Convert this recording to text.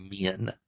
men